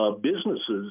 businesses